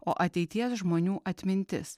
o ateities žmonių atmintis